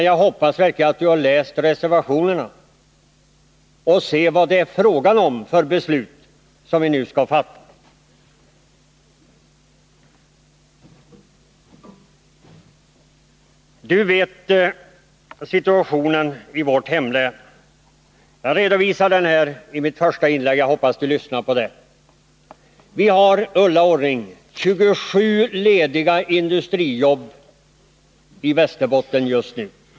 Jag hoppas verkligen att hon har läst reservationerna och vet vad det är för beslut vi nu skall fatta. Ulla Orring känner till situationen i vårt hemlän. Jag redovisade den i mitt första inlägg, och jag hoppas att hon lyssnade på det. Vi har, Ulla Orring, 27 lediga industrijobb i Västerbotten just nu.